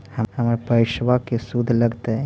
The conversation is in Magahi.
हमर पैसाबा के शुद्ध लगतै?